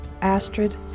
Astrid